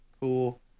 cool